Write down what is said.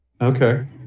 Okay